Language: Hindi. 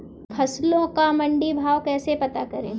फसलों का मंडी भाव कैसे पता करें?